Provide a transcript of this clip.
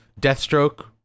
Deathstroke